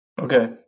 Okay